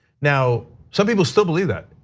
now, some people still believe that,